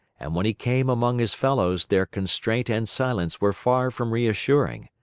and when he came among his fellows their constraint and silence were far from reassuring.